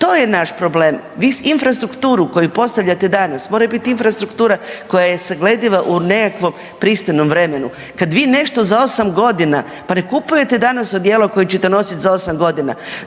to je naš problem. Vi infrastrukturu koju postavljate danas mora biti infrastruktura koja je saglediva u nekakvom pristojnom vremenu. Kad vi nešto za 8.g., pa ne kupujete danas odijelo koje ćete nosit za 8.g.,